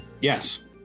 Yes